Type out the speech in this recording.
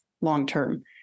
long-term